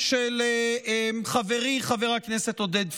של חברי חבר הכנסת עודד פורר.